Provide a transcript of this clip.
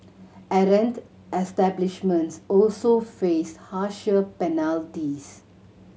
errant establishments also faced harsher penalties